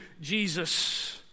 Jesus